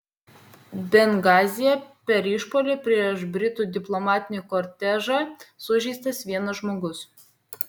bengazyje per išpuolį prieš britų diplomatinį kortežą sužeistas vienas žmogus